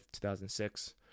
2006